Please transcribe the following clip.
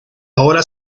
ahora